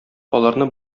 аларны